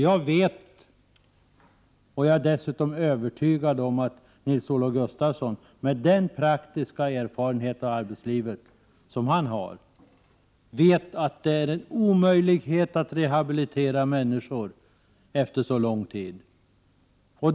Jag vet, och jag är dessutom övertygad om att Nils-Olof Gustafsson, med den praktiska erfarenhet av arbetslivet som han har, vet att det är en omöjlighet att rehabilitera människor efter så lång tid.